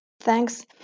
Thanks